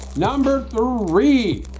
number three